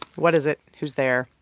what is it? who's there?